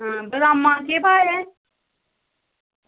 बादाम दा केह् भाव ऐ